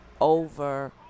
over